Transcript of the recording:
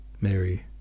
Mary